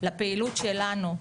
לפעילות שלנו,